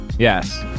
Yes